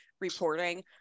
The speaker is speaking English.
reporting